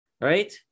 right